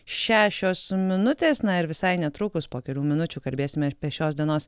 šešios minutės na ir visai netrukus po kelių minučių kalbėsime apie šios dienos